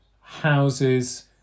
houses